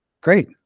Great